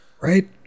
Right